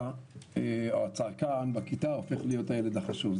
או הצעקן בכיתה הופך להיות הילד החשוב.